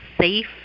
safe